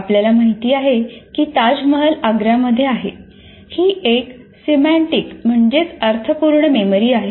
आपल्याला माहित आहे कि ताजमहाल आग्रामध्ये आहे ही एक सिमँटिक मेमरी आहे